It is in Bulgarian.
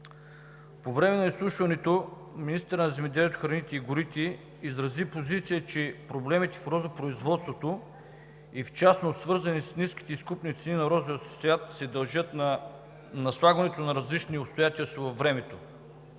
По време на изслушването министърът на земеделието, храните и горите изрази позиция, че проблемите в розопроизводството и в частност свързани с ниските изкупни цени на розов цвят, се дължат на наслагването на различни обстоятелства във времето.